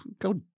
go